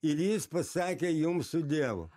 ir jis pasakė jums su dievu